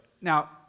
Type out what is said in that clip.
now